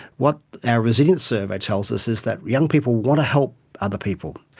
what our resilience survey tells us is that young people want to help other people.